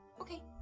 Okay